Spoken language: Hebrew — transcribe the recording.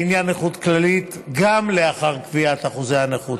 לעניין נכות כללית, גם, לאחר קביעת אחוזי הנכות.